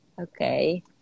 Okay